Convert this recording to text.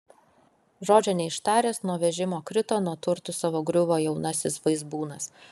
žodžio neištaręs nuo vežimo krito nuo turtų savo griuvo jaunasis vaizbūnas